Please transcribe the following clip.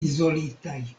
izolitaj